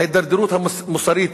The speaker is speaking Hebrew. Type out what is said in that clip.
ההידרדרות המוסרית,